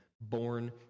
born